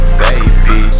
baby